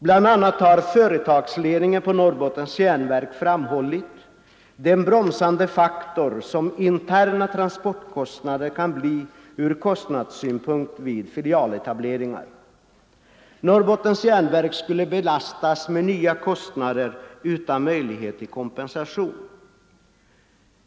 Bl.a. har företagsledningen på Norrbottens Järnverk framhållit den bromsande faktor som interna transportkostnader kan bli ur kostnadssynpunkt vid filialetableringar. Norrbottens Järnverk skulle belastas med nya kostnader utan möjlighet till kompensation.